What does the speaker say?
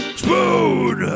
spoon